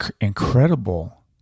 incredible